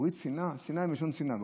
סיני מלשון שנאה.